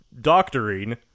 doctoring